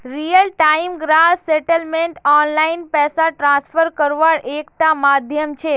real time gross settlement online पैसा transfer कारवार एक टा माध्यम छे